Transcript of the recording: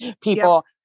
people